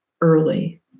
early